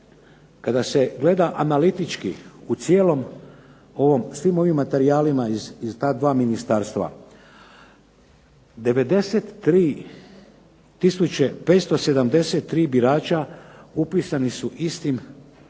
kada se gleda analitički u svim ovim materijalima iz ta dva ministarstva, 93 tisuće 573 birača upisani su istim